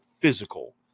physical